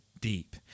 deep